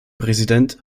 präsident